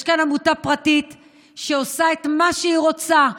יש כאן עמותה פרטית שעושה מה שהיא רוצה בהודו,